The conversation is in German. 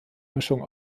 mischung